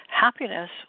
happiness